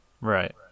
Right